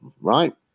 right